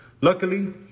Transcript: Luckily